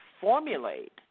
formulate